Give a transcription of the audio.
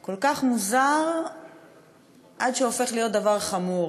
כל כך מוזר עד שהופך להיות דבר חמור,